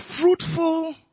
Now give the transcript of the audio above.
fruitful